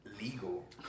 Legal